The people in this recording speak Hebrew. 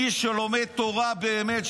מי שלומד תורה באמת,